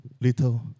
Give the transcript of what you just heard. little